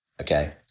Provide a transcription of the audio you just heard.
Okay